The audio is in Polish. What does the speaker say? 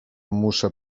muszę